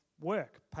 work